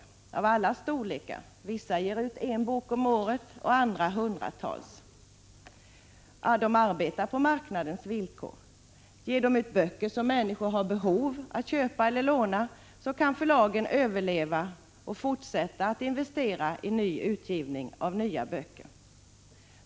De är av alla storlekar — vissa ger ut en bok om året, andra hundratals —, och de arbetar på marknadens villkor. Ger förlagen ut böcker som människor har behov av att köpa eller låna, kan de överleva och fortsätta att investera i utgivning av nya böcker.